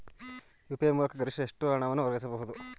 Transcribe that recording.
UPI ಮೂಲಕ ಗರಿಷ್ಠ ಎಷ್ಟು ಹಣವನ್ನು ವರ್ಗಾಯಿಸಬಹುದು?